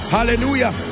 Hallelujah